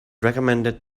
recommended